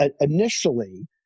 initially